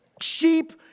Sheep